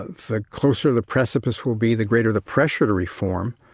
ah the closer the precipice will be, the greater the pressure to reform,